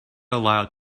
allowed